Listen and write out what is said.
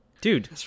Dude